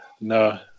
no